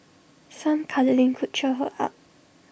some cuddling could cheer her up